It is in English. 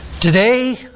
Today